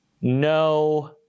no